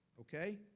okay